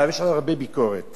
ולדבר על רודנות,